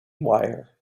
wire